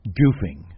goofing